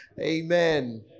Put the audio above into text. Amen